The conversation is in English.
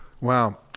Wow